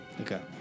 Okay